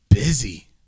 busy